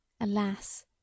Alas